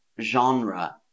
genre